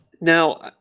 Now